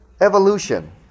evolution